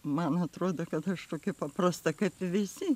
man atrodo kad aš tokia paprasta kaip visi